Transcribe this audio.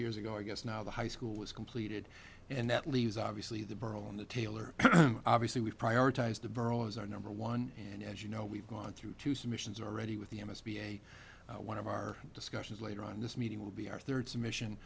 years ago i guess now the high school was completed and that leaves obviously the borough on the taylor obviously we've prioritized the barrel as our number one and as you know we've gone through two submissions already with the m s p a one of our discussions later on this meeting will be our third submission